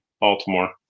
Baltimore